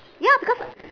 ya because